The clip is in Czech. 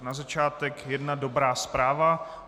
Na začátek jedna dobrá zpráva.